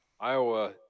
Iowa